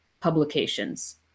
publications